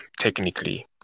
technically